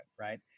right